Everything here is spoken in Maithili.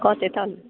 कहतै तब ने